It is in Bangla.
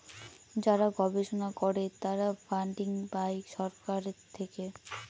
যারা গবেষণা করে তারা ফান্ডিং পাই সরকার থেকে